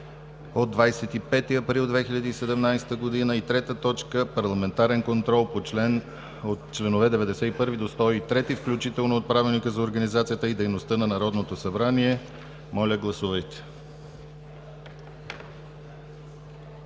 от 25 април 2017 г. 3. Парламентарен контрол по членове от 91 до 103 включително от Правилника за организацията и дейността на Народното събрание. Моля, гласувайте.